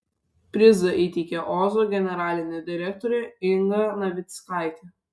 prizą įteikė ozo generalinė direktorė inga navickaitė